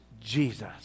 Jesus